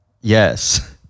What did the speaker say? Yes